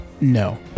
No